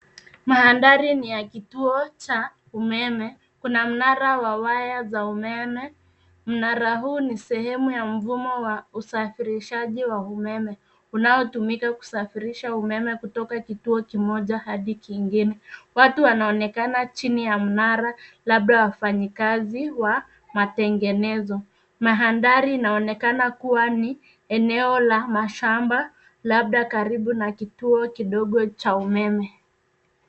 Mandhari ni ya kituo cha umeme. Kuna mnara wa waya za umeme. Mnara huu ni sehemu ya mfumo wa usafirishaji wa umeme, unaotumika kusafirisha umeme kutoka kituo kimoja hadi kingine . Watu wanaonekana chini ya mnara, labda wafanyikazi wa matengenezo. Mandhari inaonekana kuwa ni eneo la mashamba labda karibu na kituo kidogo cha umeme.